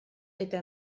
eta